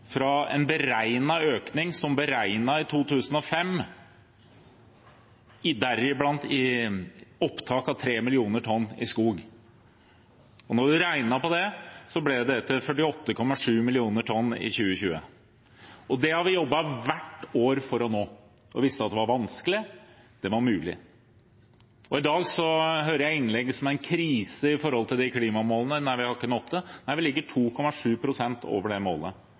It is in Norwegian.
fra en beregnet økning, beregnet i 2005, deriblant opptak av 3 millioner tonn i skog. Når man regnet på det, ble det til 48,7 millioner tonn i 2020. Det har vi jobbet hvert år for å nå. Vi visste at det var vanskelig, men det var mulig. I dag hører jeg innlegg om krise med hensyn til det klimamålet, at vi ikke har nådd det. Nei, vi ligger 2,7 pst. over det målet